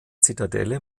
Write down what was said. zitadelle